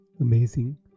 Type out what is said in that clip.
amazing